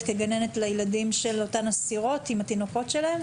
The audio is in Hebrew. כגננת לילדים של אותן אסירות לתינוקות שלהן?